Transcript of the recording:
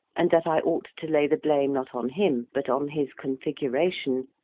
and that i ought to lay the blame not on him but on his configuration,